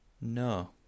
No